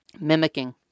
Mimicking